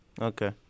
Okay